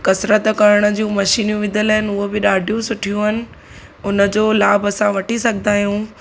कसरत करण जूं मशीनियूं विधल आहिनि उओ बि ॾाढियूं सुठियूं आहिनि हुनजो लाभ असां वठी सघंदा आहियूं